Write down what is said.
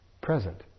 present